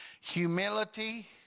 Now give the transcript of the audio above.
humility